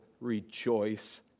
rejoice